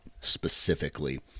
specifically